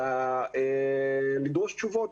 לדרוש תשובות,